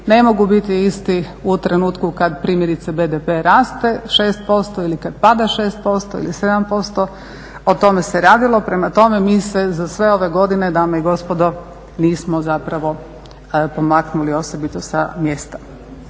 ne mogu biti isti u trenutku kada primjerice BDP raste 6% ili kada pada 6% ili 7%, o tome se radilo. Prema tome mi se za sve ove godine dame i gospodo nismo zapravo pomaknuli osobito sa mjesta.